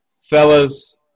Fellas